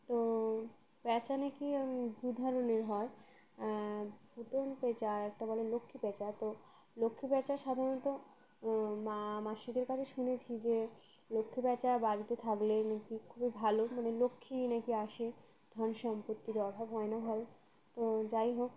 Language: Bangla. তো পেঁচা নাকি দু ধরনের হয় পেঁচা আর একটা বলে লক্ষ্মী পেঁচা তো লক্ষ্মী পেঁচা সাধারণত মা মাসিদের কাছে শুনেছি যে লক্ষ্মী পেঁচা বাড়িতে থাকলে নাকি খুবই ভালো মানে লক্ষ্মী নাকি আসে ধন সম্পত্তির অভাব হয় না ভালো তো যাই হোক